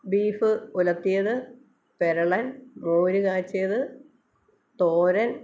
beef ഉലർത്തിയത് പിരളൻ മൊരുകാച്ചിയത് തോരൻ